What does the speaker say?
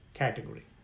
Category